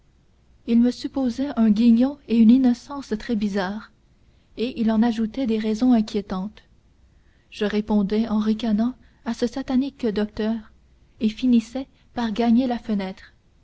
il me supposait un guignon et une innocence très bizarres et il en ajoutait des raisons inquiétantes je répondais en ricanant à ce satanique docteur et finissais par gagner la fenêtre